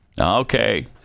Okay